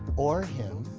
or him.